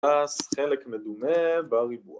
‫אז חלק מדומה בריבוע.